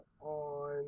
on